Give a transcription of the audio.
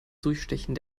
durchstechen